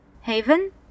Haven